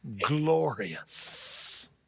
glorious